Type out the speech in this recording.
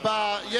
תודה רבה.